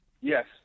Yes